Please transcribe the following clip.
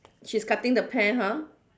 she's cutting the pear ha